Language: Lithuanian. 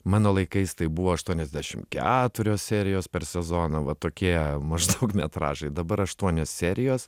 mano laikais tai buvo aštuoniasdešim keturios serijos per sezoną va tokie maždaug metražai dabar aštuonios serijos